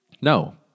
No